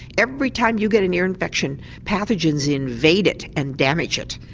every time you get an ear infection pathogens invade it and damage it.